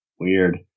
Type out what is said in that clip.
weird